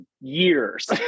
years